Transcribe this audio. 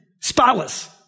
spotless